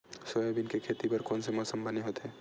Soybean के खेती बर कोन से मौसम बने होथे?